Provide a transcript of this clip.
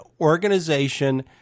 organization